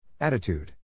Attitude